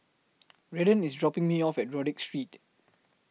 Redden IS dropping Me off At Rodyk Street